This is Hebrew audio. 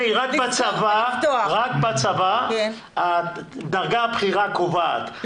רק בצבא, הדרגה הבכירה קובעת.